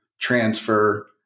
transfer